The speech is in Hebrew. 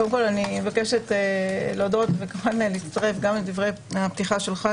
קודם כל אני מבקשת להודות וכמובן להצטרף גם לדברי הפתיחה שלך,